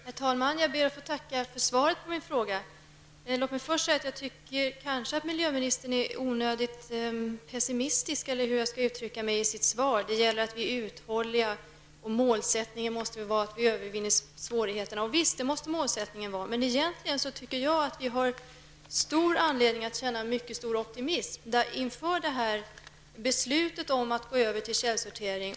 Herr talman! Jag ber att få tacka för svaret på min fråga. Jag tycker kanske att miljöministern är onödigt pessimistisk i sitt svar när hon säger att det gäller att vi är uthålliga och att målsättningen måste vara att vi övervinner svårigheterna. Visst måste målsättningen vara denna, men egentligen har vi stor anledning att känna mycket stor optimism inför det här beslutet om att gå över till källsortering.